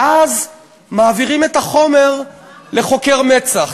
ואז מעבירים את החומר לחוקר מצ"ח.